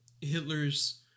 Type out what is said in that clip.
Hitler's